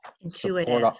Intuitive